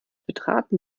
betraten